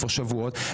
כבר שבועות,